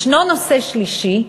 ישנו נושא שלישי,